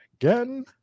again